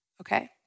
Okay